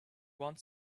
want